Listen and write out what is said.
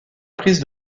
prise